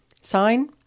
Sign